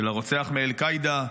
של הרוצח מאל קאעידה,